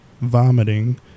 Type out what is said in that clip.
vomiting